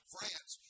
France